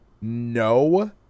no